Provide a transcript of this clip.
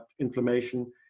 inflammation